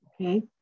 Okay